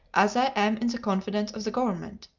as i am in the confidence of the government.